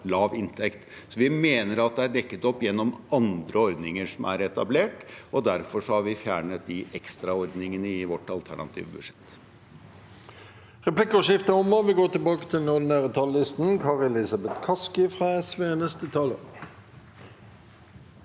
lav inntekt. Vi mener at det er dekket opp gjennom andre ordninger som er etablert, og derfor har vi fjernet de ekstra ordningene i vårt alternative budsjett.